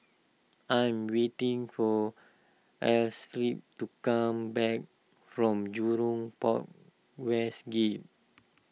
I am waiting for Astrid to come back from Jurong Port West Gate